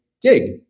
dig